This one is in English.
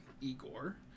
Igor